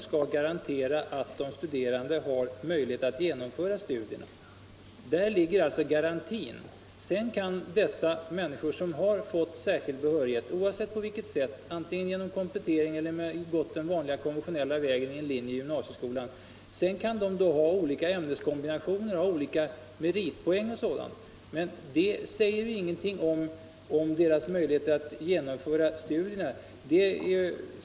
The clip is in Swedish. Sedan kan de studerande som fått särskild behörighet — oavsett på vilket sätt det skett, vare sig de kompletterat sina studier eller gått den vanliga konventionella vägen på en linje i gymnasieskolan — ha olika ämneskombinationer eller olika meritpoäng. Men det säger ingenting om deras möjlighet att genomföra studierna.